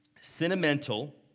sentimental